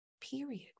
period